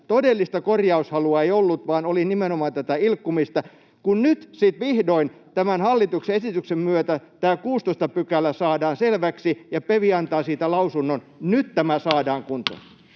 Todellista korjaushalua ei ollut, vaan oli nimenomaan tätä ilkkumista. Kun nyt sitten vihdoin tämän hallituksen esityksen myötä tämä 16 § saadaan selväksi ja PeV antaa siitä lausunnon, nyt tämä [Puhemies